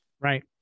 Right